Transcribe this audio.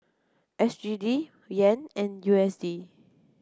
S G D Yen and U S D